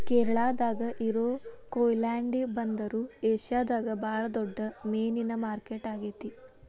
ಕೇರಳಾದಾಗ ಇರೋ ಕೊಯಿಲಾಂಡಿ ಬಂದರು ಏಷ್ಯಾದಾಗ ಬಾಳ ದೊಡ್ಡ ಮೇನಿನ ಮಾರ್ಕೆಟ್ ಆಗೇತಿ